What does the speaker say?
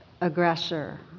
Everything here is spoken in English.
aggressor